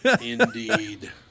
Indeed